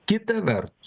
kita vertus